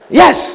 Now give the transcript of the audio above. yes